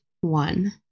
one